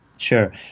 Sure